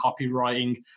copywriting